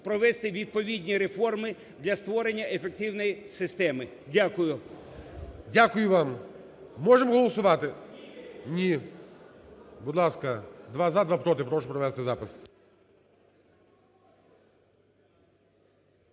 провести відповідні реформи для створення ефективної системи. Дякую. ГОЛОВУЮЧИЙ. Дякую вам. Можем голосувати? Ні. Будь ласка: два – за, два – проти. Прошу провести запис.